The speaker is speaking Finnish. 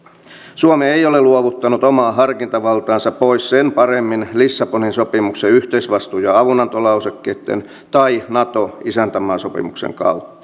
suomi ei ole luovuttanut omaa harkintavaltaansa pois sen paremmin lissabonin sopimuksen yhteisvastuu ja avunantolausekkeitten kuin nato isäntämaasopimuksen kautta